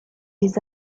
les